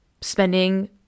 spending